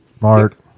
Mark